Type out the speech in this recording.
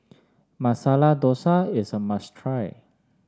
Masala Dosa is a must try